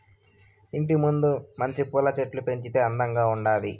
ఇంటి ముందు మంచి పూల చెట్లు పెంచితే అందంగా ఉండాది